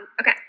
okay